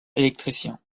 électricien